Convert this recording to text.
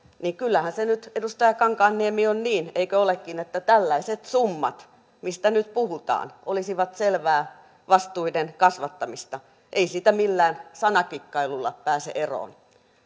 niin kyllähän se nyt edustaja kankaanniemi on niin eikö olekin että tällaiset summat mistä nyt puhutaan olisivat selvää vastuiden kasvattamista ei siitä millään sanakikkailulla pääse eroon